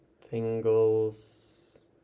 tingles